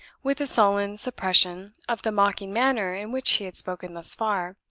with a sullen suppression of the mocking manner in which he had spoken thus far.